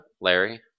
Larry